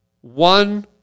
one